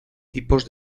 tipos